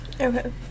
Okay